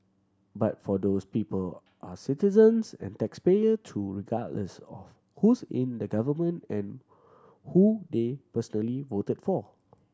but for those people are citizens and taxpayer too regardless of who's in the government and who they personally voted for